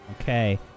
Okay